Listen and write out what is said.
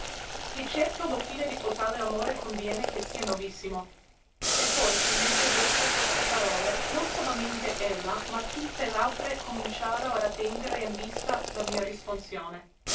certo lo fine di cotale amore conviene che sia novissimo e poi che m'ebbe dette queste parole non solamente ella ma tutte l'altre cominciaro ad attendere in vista la mia